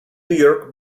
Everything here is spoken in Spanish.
york